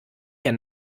hier